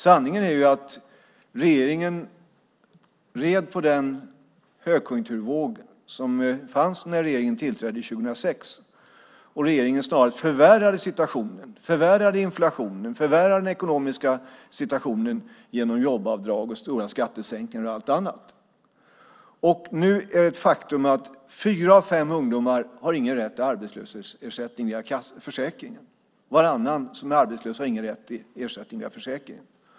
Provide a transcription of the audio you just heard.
Sanningen är ju att regeringen red på den högkonjunkturvåg som fanns när regeringen tillträdde 2006 och att regeringen snarare förvärrade situationen - förvärrade inflationen och förvärrade den ekonomiska situationen - genom jobbavdrag, stora skattesänkningar och allt annat. Nu är det ett faktum att fyra av fem ungdomar inte har någon rätt till arbetslöshetsersättning via försäkringen. Varannan som är arbetslös har ingen rätt till ersättning via försäkringen.